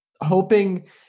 hoping